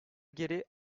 geri